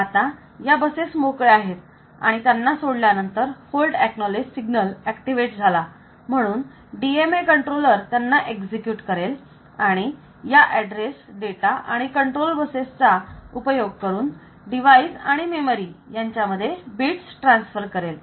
आता या बसेस मोकळ्या आहेत आणि त्यांना सोडल्यानंतर होल्ड एकनॉलेज सिग्नल ऍक्टिव्हेट झाला म्हणून DMA कंट्रोलर त्यांना एक्झिक्युट करेल आणि या ऍड्रेस डेटा आणि कंट्रोल बसेसचा उपयोग करून डिवाइस आणि मेमरी यांच्यामध्ये बिट्स ट्रान्सफर करेल